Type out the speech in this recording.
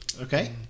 Okay